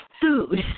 food